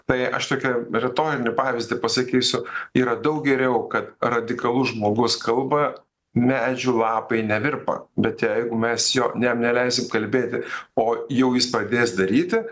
tai aš tokį retorinį pavyzdį pasakysiu yra daug geriau kad radikalus žmogus kalba medžių lapai nevirpa bet jeigu mes jo jam neleisim kalbėti o jau jis pradės daryti